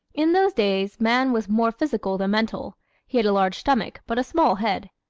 in those days man was more physical than mental he had a large stomach but a small head.